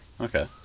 Okay